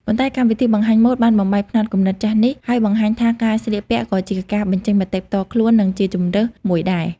ប៉ុន្តែកម្មវិធីបង្ហាញម៉ូដបានបំបែកផ្នត់គំនិតចាស់នេះ ហើយបង្ហាញថាការស្លៀកពាក់ក៏ជាការ បញ្ចេញមតិផ្ទាល់ខ្លួន និងជា ជម្រើស មួយដែរ។